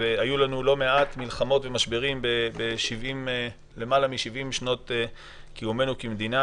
והיו לנו לא מעט מלחמות ומשברים ב-72 שנות קיומנו כמדינה